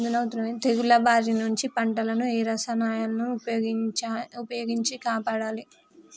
తెగుళ్ల బారి నుంచి పంటలను ఏ రసాయనాలను ఉపయోగించి కాపాడాలి?